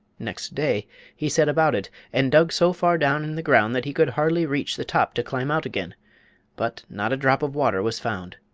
next day he set about it, and dug so far down in the ground that he could hardly reach the top to climb out again but not a drop of water was found.